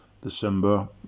December